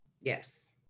Yes